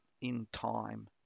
in-time